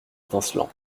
étincelant